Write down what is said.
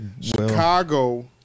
Chicago